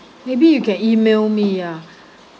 maybe you can email me ya